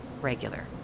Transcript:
regular